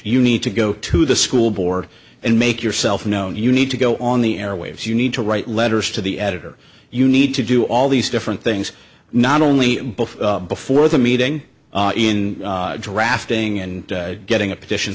you need to go to the school board and make yourself known you need to go on the airwaves you need to write letters to the editor you need to do all these different things not only before the meeting in drafting and getting a petition